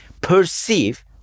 perceive